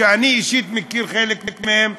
אני אישית מכיר חלק מהם,